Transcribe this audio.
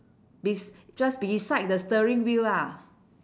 bes~ just beside the steering wheel lah